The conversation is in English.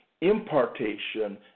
impartation